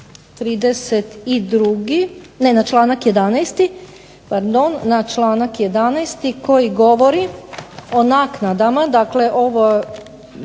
pardon, na članak 11. koji govori o naknadama. Dakle, ovo